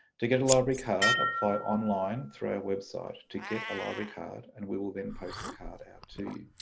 to get a library card, apply online through our website to get a library card and we will then post the card out to